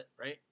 right